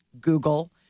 Google